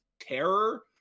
terror